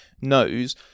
knows